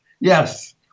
Yes